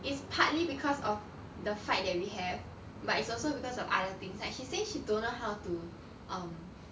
is partly because of the fight that we have but it's also because of other things like she say she don't know how to um